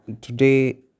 today